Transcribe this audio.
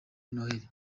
noheli